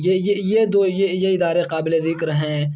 یہ یہ یہ دو یہ یہ ادارے قابل ذکر ہیں